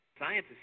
Scientists